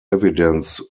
evidence